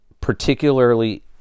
particularly